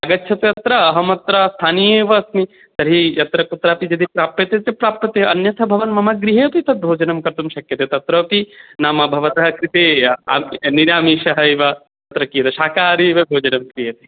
आगच्छति अत्र अहमत्र स्थानीयः एव अस्मि तर्हि यत्र कुत्रापि यदि प्राप्यते तत् प्राप्यते अन्यथा भवान् मम गृहेऽपि तत् भोजनं कर्तुं शक्यते तत्र अपि नाम भवतः कृते निरामिषः एव शाकाहारि एव भोजनं क्रियते